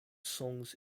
songs